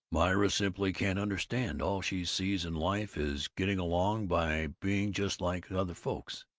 myra simply can't understand. all she sees in life is getting along by being just like other folks.